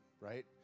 Right